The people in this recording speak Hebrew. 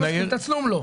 תצלום לא.